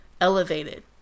elevated